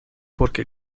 porque